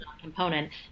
component